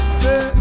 say